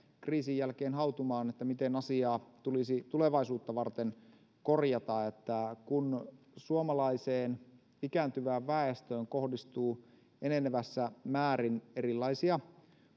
kriisin jälkeen hautumaan että miten asiaa tulisi tulevaisuutta varten korjata kun suomalaiseen ikääntyvään väestöön kohdistuu enenevässä määrin erilaisia